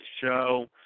show